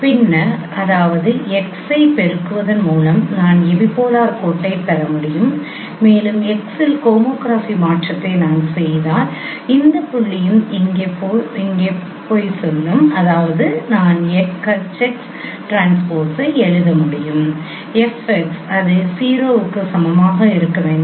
பின்னர் அதாவது x ஐ பெருக்குவதன் மூலம் நான் எபிபோலார் கோட்டைப் பெற முடியும் மேலும் x இல் ஹோமோகிராஃபி மாற்றத்தை நான் செய்தால் இந்த புள்ளியும் இங்கே பொய் சொல்லும் அதாவது நான் H x ட்ரான்ஸ்போஸை எழுத முடியும் F x அது 0 க்கு சமமாக இருக்க வேண்டும்